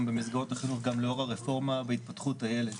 במסגרות החינוך גם לאור הרפורמה בהתפתחות הילד.